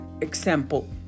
example